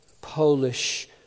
Polish